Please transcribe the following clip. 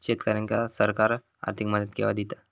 शेतकऱ्यांका सरकार आर्थिक मदत केवा दिता?